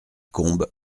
combes